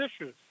issues